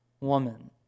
woman